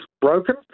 broken